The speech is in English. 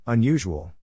Unusual